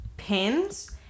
Pins